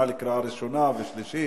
יש קריאה שנייה והכנה לקריאה שנייה ושלישית.